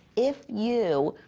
if you